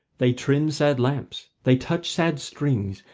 they trim sad lamps, they touch sad strings,